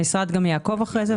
המשרד גם יעקוב אחרי זה.